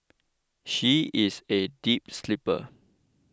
she is a deep sleeper